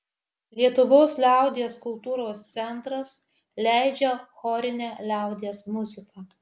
lietuvos liaudies kultūros centras leidžia chorinę liaudies muziką